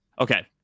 Okay